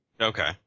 Okay